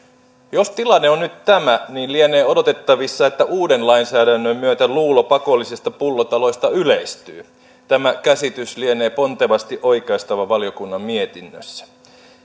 jos tilanne on nyt tämä niin lienee odotettavissa että uuden lainsäädännön myötä luulo pakollisista pullotaloista yleistyy tämä käsitys lienee pontevasti oikaistava valiokunnan mietinnössä